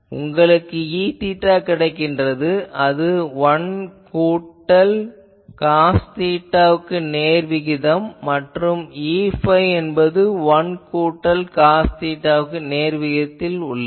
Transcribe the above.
உங்களுக்கு Eθ கிடைக்கின்றது அது 1 கூட்டல் காஸ் தீட்டாவுக்கு நேர்விகிதம் மற்றும் Eϕ என்பதும் 1 கூட்டல் காஸ் தீட்டாவுக்கு நேர்விகிதத்தில் உள்ளது